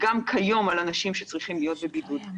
גם כיום על אנשים שצריכים להיות בבידוד.